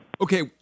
Okay